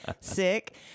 sick